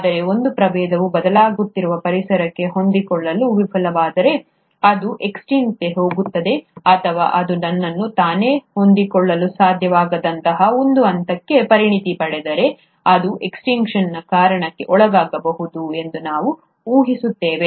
ಆದರೆ ಒಂದು ಪ್ರಭೇದವು ಬದಲಾಗುತ್ತಿರುವ ಪರಿಸರಕ್ಕೆ ಹೊಂದಿಕೊಳ್ಳಲು ವಿಫಲವಾದರೆ ಅದು ಎಕ್ಸ್ಟಿನ್ಕ್ಟ್ಗೆ ಹೋಗುತ್ತದೆ ಅಥವಾ ಅದು ತನ್ನನ್ನು ತಾನೇ ಹೊಂದಿಕೊಳ್ಳಲು ಸಾಧ್ಯವಾಗದಂತಹ ಒಂದು ಹಂತಕ್ಕೆ ಪರಿಣತಿ ಪಡೆದರೆ ಅದು ಎಸ್ಟ್ರಿನ್ಕ್ಟ್ಷನ್ನ ಕಾರಣಕ್ಕೆ ಒಳಗಾಗಬಹುದು ಎಂದು ನಾವು ಊಹಿಸುತ್ತೇವೆ